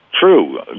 True